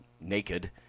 naked